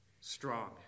strong